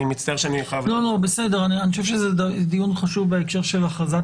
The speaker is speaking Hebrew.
אני חושב שזה דיון חשוב בהקשר של הכרזת